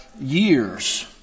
Years